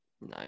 No